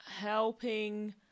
Helping